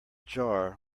jar